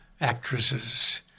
actresses